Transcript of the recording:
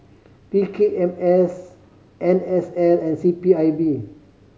P K M S N S L and C P I B